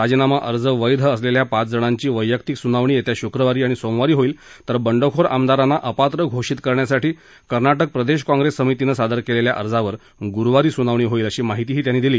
राजीनामाअर्ज वैध असलेल्या पाच जणांची वैयक्तिक सुनावणी येत्या शुक्रवारी आणि सोमवारी होईल तर बंडखोर आमदारांना अपात्र घोषित करण्यासाठी कर्नाटक प्रदेश काँप्रेस समितीनं सादर केलेल्या अर्जावर गुरुवारी सुनावणी होईल अशी माहितीही त्यांनी दिली